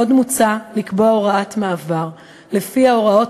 עוד מוצע לקבוע הוראת מעבר שלפיה הוראות